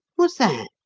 what's that?